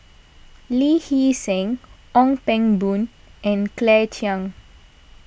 Lee Hee Seng Ong Pang Boon and Claire Chiang